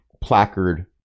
placard